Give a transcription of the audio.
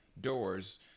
doors